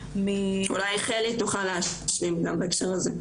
אולי חלי תוכל להשלים גם בהקשר הזה.